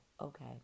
okay